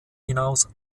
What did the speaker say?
hinaus